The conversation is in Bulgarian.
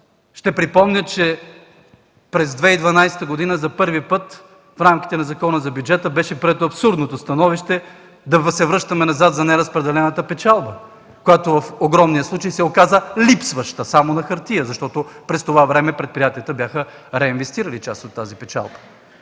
Ще припомня, че през 2012 г. за първи път в рамките на Закона за бюджета беше прието абсурдното становище да се връщаме назад за неразпределената печалба, която в огромния случай се оказа липсваща само на хартия, защото през това време предприятията бяха реинвестирали част от тази печалба.